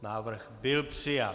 Návrh byl přijat.